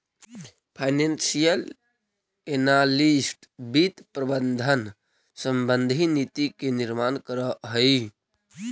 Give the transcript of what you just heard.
financial analyst वित्त प्रबंधन संबंधी नीति के निर्माण करऽ हइ